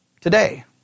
Today